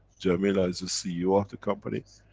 jamila is the ceo of the company,